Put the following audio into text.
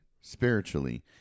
spiritually